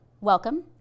welcome